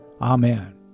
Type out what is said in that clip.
Amen